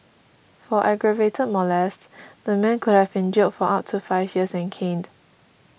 for aggravated molest the man could have been jailed for up to five years and caned